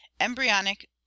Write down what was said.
Embryonic